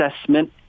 assessment